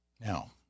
Now